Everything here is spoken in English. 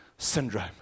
Syndrome